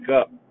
up